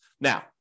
Now